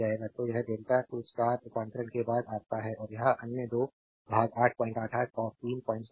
तो यह delta 2 star रूपांतरण के बाद आपका है और यह अन्य 2 भाग 888 और 370 है